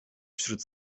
wśród